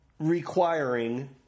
requiring